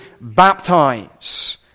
baptize